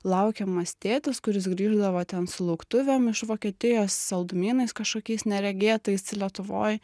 laukiamas tėtis kuris grįždavo ten su lauktuvėm iš vokietijos saldumynais kažkokiais neregėtais lietuvoj